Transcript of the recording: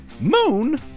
Moon